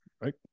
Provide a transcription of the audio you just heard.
right